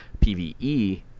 PVE